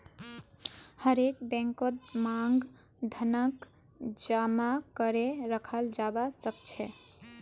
हरेक बैंकत मांग धनक जमा करे रखाल जाबा सखछेक